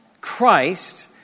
Christ